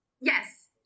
Yes